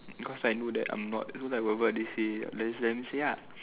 cause I know that I'm not cause like whatever they say just let them say lah